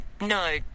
no